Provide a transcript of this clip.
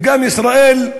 וגם ישראל,